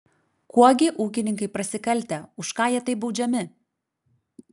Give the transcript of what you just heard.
kuo gi ūkininkai prasikaltę už ką jie taip baudžiami